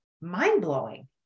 mind-blowing